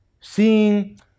Seeing